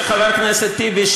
חבר הכנסת טיבי,